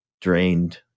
drained